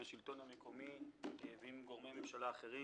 עם השלטון המקומי ועם גורמי ממשלה אחרים,